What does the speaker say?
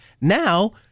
now